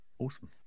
Awesome